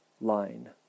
line